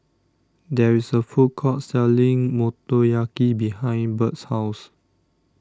there is a food court selling Motoyaki behind Bert's house